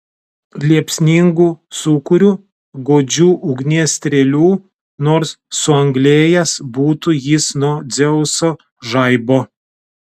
liepsningu sūkuriu godžių ugnies strėlių nors suanglėjęs būtų jis nuo dzeuso žaibo